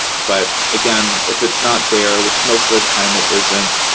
but again, if it's not there, which most of the time it isn't,